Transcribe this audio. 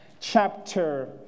chapter